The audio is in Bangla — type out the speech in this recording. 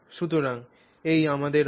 সুতরাং এই আমাদের আছে